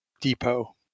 depot